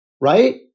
right